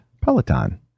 Peloton